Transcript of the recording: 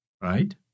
right